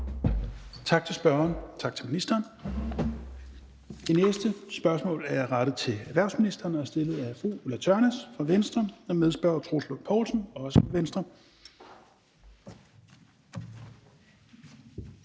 Tak til spørgeren, tak til ministeren. Det næste spørgsmål er rettet til erhvervsministeren og er stillet af fru Ulla Tørnæs fra Venstre. Medspørger er hr. Troels Lund Poulsen, også fra Venstre.